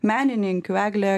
menininkių egle